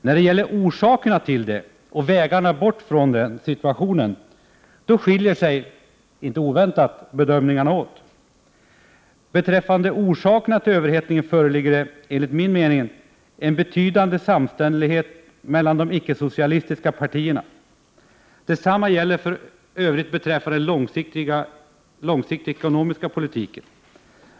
När det gäller orsakerna till, och vägarna bort från, denna situation skiljer sig inte oväntat bedömningarna åt. Beträffande orsakerna till överhettningen föreligger det enligt min mening en betydande samstämmighet mellan de icke-socialistiska partierna. Detsamma gäller för övrigt beträffande den långsiktiga ekonomiska politiken.